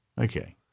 Okay